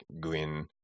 Gwyn